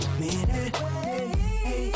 minute